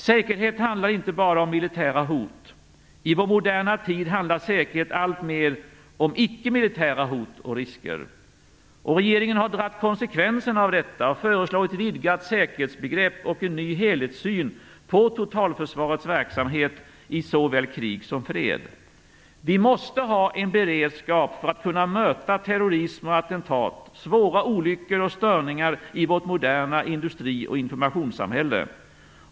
Säkerhet handlar inte bara om militära hot. I vår moderna tid handlar säkerhet alltmer om icke-militära hot och risker. Regeringen har dragit konsekvenserna av detta och föreslagit ett vidgat säkerhetsbegrepp och en ny helhetssyn på totalförsvarets verksamhet i såväl krig som fred. Vi måste ha en beredskap för att kunna möta terrorism och attentat, svåra olyckor och störningar i vårt moderna industri och informationssamhälle.